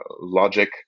logic